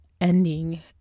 ending